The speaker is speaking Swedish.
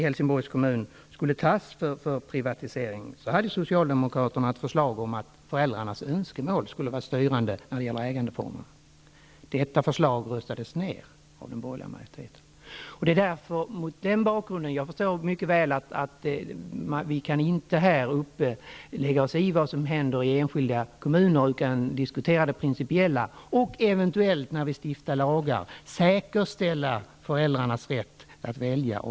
Helsingborgs kommun hade Socialdemokraterna ett förslag om att föräldrarnas önskemål skulle vara styrande när det gällde ägandeformen. Detta förslag röstades ned av den borgerliga majoriteten. Jag förstår mycket väl att vi inte här uppe kan lägga oss i vad som händer i enskilda kommuner; vi kan diskutera det principiella och eventuellt när vi stiftar lagar säkerställa föräldrarnas rätt att välja.